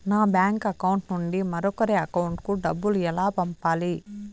నా bank account నుండి మరొకరి అకౌంట్ కు డబ్బులు ఎలా పంపాలి